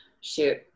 shoot